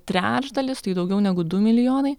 trečdalis tai daugiau negu du milijonai